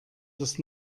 das